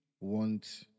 want